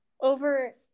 over